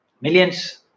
Millions